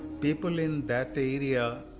people in that area